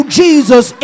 jesus